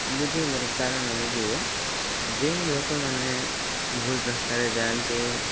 ବୁଝେଇବାର କାରଣ ଏଇକି ଯେ ଯେଉଁ ଲୋକମାନେ ଭୁଲ ରାସ୍ତାରେ ଯାଆନ୍ତି